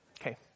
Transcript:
Okay